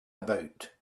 about